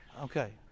Okay